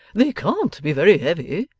they can't be very heavy